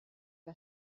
que